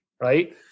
right